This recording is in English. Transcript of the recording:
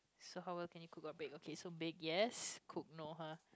so how well can you cook or bake okay so bake yes cook no uh